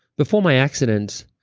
before my accident,